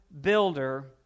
builder